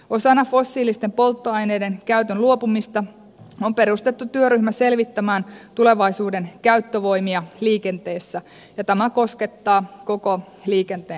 osana fossiilisten polttoaineiden käytön luopumista on perustettu työryhmä selvittämään tulevaisuuden käyttövoimia liikenteessä ja tämä koskettaa koko liikenteen sektoria